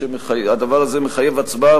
הדבר הזה מחייב הצבעה.